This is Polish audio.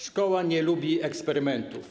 Szkoła nie lubi eksperymentów.